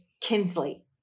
Kinsley